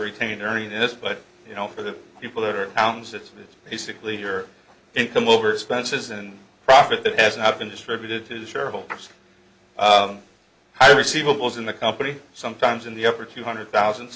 retainer in this but you know for the people that are pounds it's basically here income over expenses in profit that has not been distributed to the shareholders i receivables in the company sometimes in the upper two hundred thousand